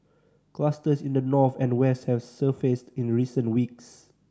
clusters in the north and west have surfaced in recent weeks